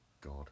God